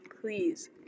please